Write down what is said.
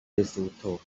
lesotho